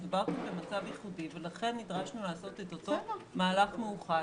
מדובר פה במצב ייחודי ולכן נדרשנו לעשות את אותו מהלך מאוחד.